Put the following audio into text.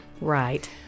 right